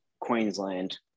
Queensland